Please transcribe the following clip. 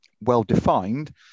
well-defined